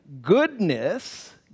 goodness